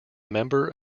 member